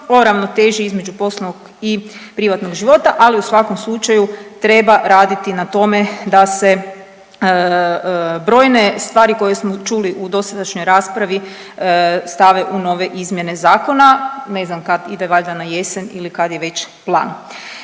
o ravnoteži između poslovnog i privatnog života, ali u svakom slučaju treba raditi na tome da se brojne stvari koje smo čuli u dosadašnjoj raspravi stave u nove izmjene zakona, ne znam kad ide, valjda na jesen ili kad je već plan.